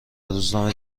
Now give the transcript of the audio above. روزنامه